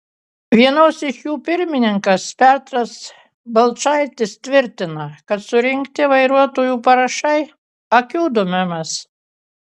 vienos iš jų pirmininkas petras balčaitis tvirtina kad surinkti vairuotojų parašai akių dūmimas